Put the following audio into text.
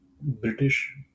British